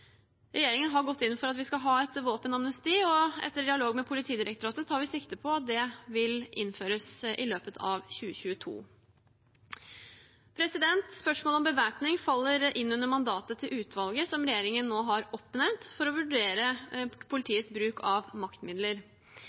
Regjeringen har gått inn for at vi skal ha et våpenamnesti, og etter dialog med Politidirektoratet tar vi sikte på at det vil innføres i løpet av 2022. Spørsmålet om bevæpning faller inn under mandatet til utvalget som regjeringen nå har oppnevnt for å vurdere politiets bruk av maktmidler.